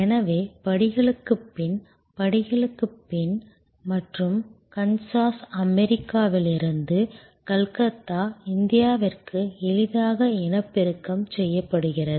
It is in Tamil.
எனவே படிகளுக்குப் பின் படிகளுக்குப் பின் மற்றும் கன்சாஸ் அமெரிக்காவிலிருந்து கல்கத்தா இந்தியாவிற்கு எளிதாக இனப்பெருக்கம் செய்யப்படுகிறது